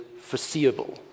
foreseeable